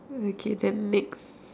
okay then next